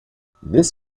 this